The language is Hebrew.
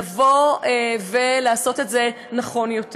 לבוא ולעשות את זה נכון יותר.